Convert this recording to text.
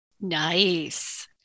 Nice